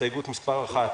הסתייגות מס' 1,